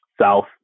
south